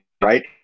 right